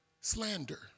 Slander